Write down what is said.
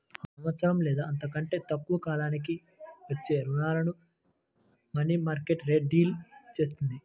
ఒక సంవత్సరం లేదా అంతకంటే తక్కువ కాలానికి ఇచ్చే రుణాలను మనీమార్కెట్ డీల్ చేత్తది